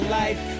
life